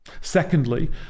Secondly